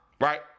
right